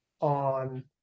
on